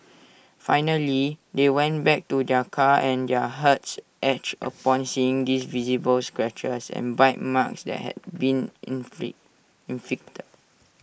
finally they went back to their car and their hearts ached upon seeing these visible scratches and bite marks that had been inflict inflicted